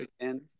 again